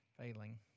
failing